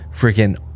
freaking